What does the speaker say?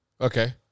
Okay